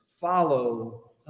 follow